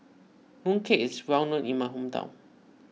Mooncake is well known in my hometown